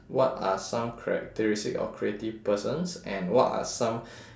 what are some characteristics of creative persons and what are some